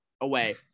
away